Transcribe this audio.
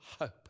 hope